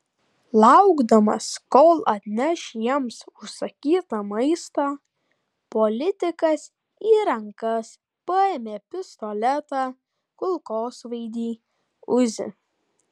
laukdamas kol atneš jiems užsakytą maistą politikas į rankas paėmė pistoletą kulkosvaidį uzi